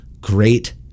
great